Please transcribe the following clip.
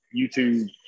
YouTube